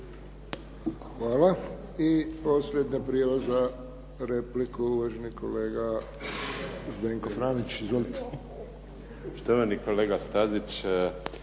Hvala. I posljednja prijava za repliku, uvaženi kolega Zdenko Franić. Izvolite. **Franić,